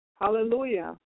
Hallelujah